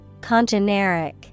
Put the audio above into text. Congeneric